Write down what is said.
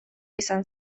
izan